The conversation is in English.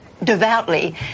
devoutly